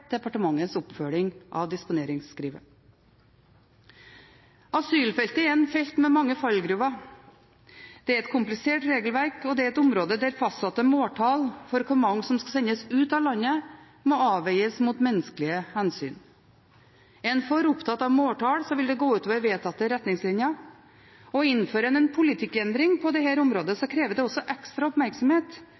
departementets oppfølging av disponeringsskrivet. Asylfeltet er et felt med mange fallgruver. Det er et komplisert regelverk, og det er et område der fastsatte måltall for hvor mange som skal sendes ut av landet, må avveies mot menneskelige hensyn. Er en for opptatt av måltall, vil det gå ut over vedtatte retningslinjer, og innfører en en politikkendring på dette området, krever det også ekstra oppmerksomhet